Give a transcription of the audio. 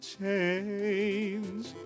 change